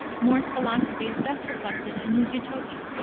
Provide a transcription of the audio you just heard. more's philosophy is best reflected in his utopia,